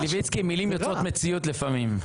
מלביצקי, מילים יוצרות מציאות לפעמים.